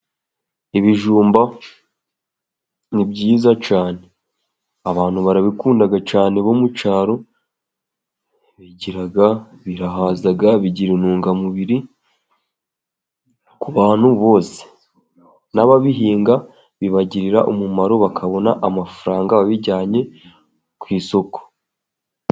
Ibijumba n'ibyiza cyane, abantu barabikunda cyane bo mu cyaro, bigiraga birahaza bigira intunga mubiri ku bantu bose, n'ababihinga bibagirira umumaro bakabona amafaranga bijyanye ku isoko.